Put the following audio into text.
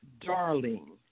darling